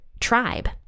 tribe